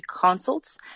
consults